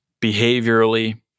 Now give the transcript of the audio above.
behaviorally